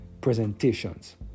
presentations